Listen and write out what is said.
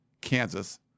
Kansas